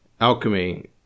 Alchemy